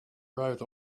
wrote